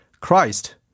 Christ